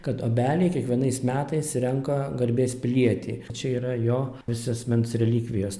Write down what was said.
kad obeliai kiekvienais metais renka garbės pilietį čia yra jo visos asmens relikvijos